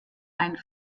ein